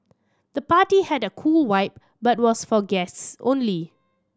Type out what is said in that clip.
the party had a cool vibe but was for guests only